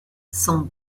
sont